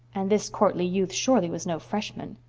and this courtly youth surely was no freshman.